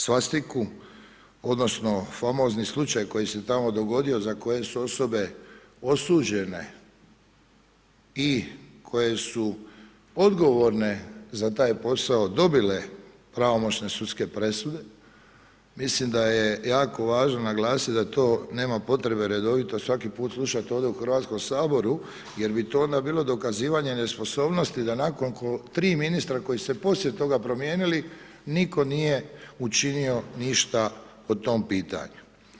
Također, svastiku, odnosno famozni slučaj koji se tamo dogodio za koji su osobe osuđene i koje su odgovorne za taj posao dobile pravomoćne sudske presude, mislim da je jako važno naglasit da to nema potrebe redovito svaki puta slušat ovdje u Hrvatskom saboru, jer bi to onda bilo dokazivanje nesposobnosti da nakon tri ministra koji su se poslije toga promijenili nitko nije učinio ništa po tom pitanju.